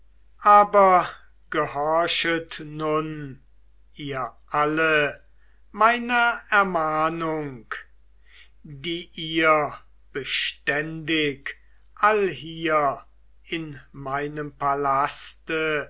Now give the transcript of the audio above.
aber gehorchet nun ihr alle meiner ermahnung die ihr beständig allhier in meinem palaste